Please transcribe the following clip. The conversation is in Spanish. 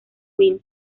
queen